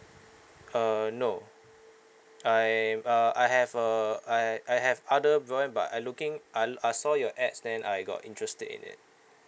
uh no I'm uh I have uh I I have other broadband but I looking I I saw your ads then I got interested in it